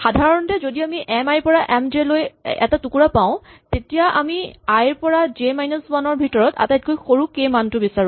সাধাৰণতে যদি আমি এম আই ৰ পৰা এম জে লৈ এটা টুকুৰা পাওঁ তেতিয়া আমি আই ৰ পৰা জে মাইনাচ ৱান ৰ ভিতৰত আটাইতকৈ সৰু কে ৰ মানটো বিচাৰো